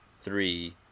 three